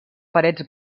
parets